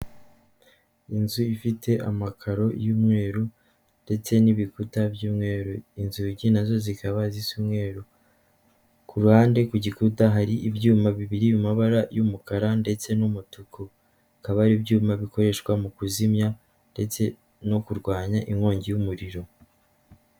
Inzu ifite amakaro y'umweru ndetse n'ibikuta by'umweru inzugi nazo zikaba zisa umweru, ku ruhande ku gikuta hari ibyuma bibiri mu mabara y'umukara ndetse n'umutuku bikaba ari ibyuma bikoreshwa mu kuzimya ndetse no kurwanya inkongi y'umuriro.